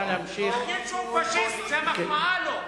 להגיד שהוא פאשיסט זאת מחמאה לו.